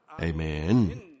Amen